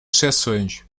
exceções